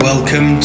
Welcome